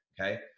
Okay